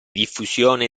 diffusione